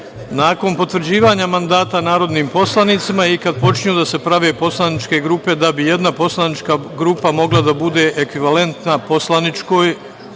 nakon potvrđivanja mandata narodnim poslanicima i kada počnu da se prave poslaničke grupe, da bi jedna poslanička grupa mogla da bude ekvivalentna poslaničkoj